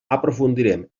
aprofundirem